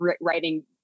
writing